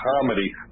comedy